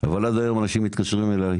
אבל עד היום אנשים מתקשרים אליי